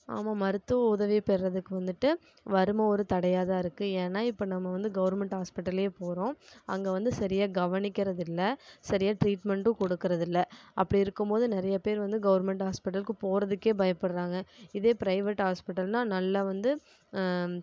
ஆமாம் மருத்துவ உதவி பெறுவதற்கு வந்துவிட்டு வறுமை ஒரு தடையாக தான் இருக்குது ஏன்னா இப்போ நம்ம வந்து கவுர்மெண்ட் ஹாஸ்பிட்டல்லேயே போகிறோம் அங்கே வந்து சரியாக கவனிக்கிறது இல்லை சரியாக ட்ரிட்மெண்ட்டும் கொடுக்குறது இல்லை அப்படி இருக்கும் போது நிறையா பேர் வந்து கவர்ன்மெண்ட் ஹாஸ்பிட்டலுக்கு போகிறதுக்கே பயப்படுறாங்க இதே பிரைவேட் ஹாஸ்பிட்டல்னா நல்லா வந்து